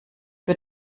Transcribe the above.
für